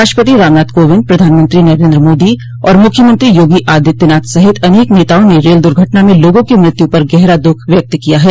राष्ट्रपति रामनाथ कोविंद प्रधानमंत्री नरेन्द्र मोदी और मुख्यमंत्री योगी आदित्यनाथ सहित अनेक नेताओं ने रेल दुर्घटना में लोंगो की मृत्यु पर गहरा दुःख व्यक्त किया है